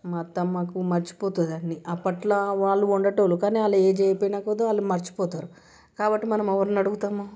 మా అత్తమ్మకు మర్చిపోతుంది అన్నీ అప్పట్లో వాళ్ళు వండే వాళ్లు కానీ వాళ్ల ఏజ్ అయిపోయిన కొద్ది వాళ్ళు మర్చిపోతారు కాబట్టి మనం ఎవర్ని అడుగుతాము